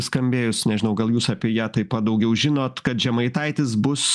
skambėjus nežinau gal jūs apie ją taip pat daugiau žinot kad žemaitaitis bus